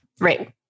Right